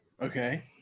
Okay